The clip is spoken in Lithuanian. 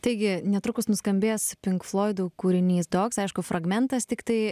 taigi netrukus nuskambės pink floidų kūrinys dogs aišku fragmentas tiktai